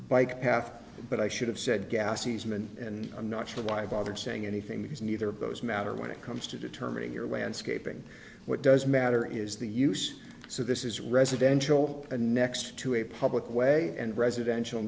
bike path but i should have said gas easement and i'm not sure why bother saying anything because neither of those matter when it comes to determining your landscaping what does matter is the use so this is residential and next to a public way and residential